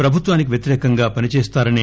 ప్రభుత్వానికి వ్యతిరేకంగా పనిచేస్తారనే